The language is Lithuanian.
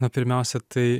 na pirmiausia tai